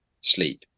sleep